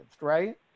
right